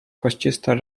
kościste